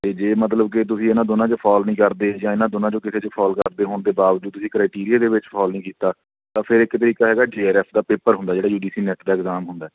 ਅਤੇ ਜੇ ਮਤਲਬ ਕਿ ਤੁਸੀਂ ਇਹਨਾਂ ਦੋਨਾਂ 'ਚ ਫਾਲ ਨਹੀਂ ਕਰਦੇ ਜਾਂ ਇਹਨਾਂ ਦੋਨਾਂ 'ਚੋਂ ਕਿਸੇ 'ਚ ਫਾਲ ਕਰਦੇ ਹੋਣ ਦੇ ਬਾਵਜੂਦ ਤੁਸੀਂ ਕ੍ਰੇਟੀਰੀਏ ਦੇ ਵਿੱਚ ਫਾਲ ਨਹੀਂ ਕੀਤਾ ਤਾਂ ਫਿਰ ਇੱਕ ਤਰੀਕਾ ਹੈਗਾ ਜੇ ਆਰ ਐੱਫ ਦਾ ਪੇਪਰ ਹੁੰਦਾ ਜਿਹੜਾ ਯੂ ਜੀ ਸੀ ਨੈਟ ਦਾ ਇਗਜ਼ਾਮ ਹੁੰਦਾ